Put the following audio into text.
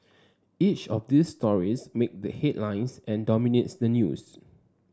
each of these stories make the headlines and dominates the news